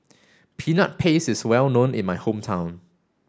peanut paste is well known in my hometown